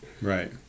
Right